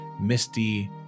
misty